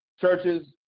churches